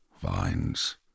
vines